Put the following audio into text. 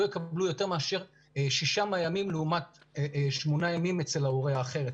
לא יקבלו יותר מאשר שישה ימים לעומת שמונה ימים אצל ההורה האחר,